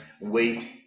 wait